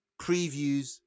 previews